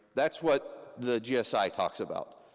that's what the gsi talks about.